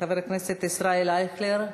חבר הכנסת ישראל אייכלר,